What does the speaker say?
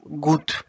good